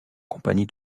compagnie